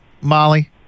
Molly